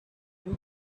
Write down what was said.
you